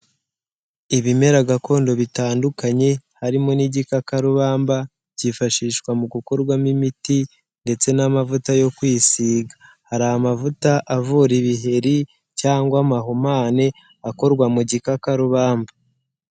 Ibimera gakondo bitandukanye, harimo n'igikakarubamba, byifashishwa mu gukorwamo imiti, ndetse n'amavuta yo kwisiga. Hari amavuta avura ibiheri cyangwa amahumane, akorwa mu gikakarubamba.